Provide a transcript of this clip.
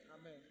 Amen